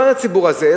לא על הציבור הזה,